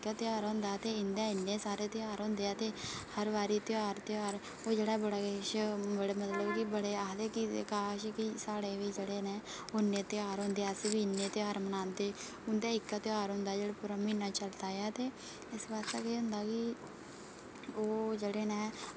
इक्कै ध्यार होंदा ते इंदे इन्ने सारे ध्यार होंदे ते हर बारी ध्यार ध्यार की एह् मता किश एह् मतलब बड़े आखदे कि काश बी साढ़े बी जेह्ड़े न उन्ने ध्यार होंदे अस बी इन्ने ध्यार मनांदे ते इंदे इक्कै ध्यार होंदा जेह्ड़ा पूरा म्हीनै चलदा ऐ इस बास्तै केह् होंदा कि ओह् जेह्ड़े न